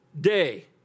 day